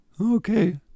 Okay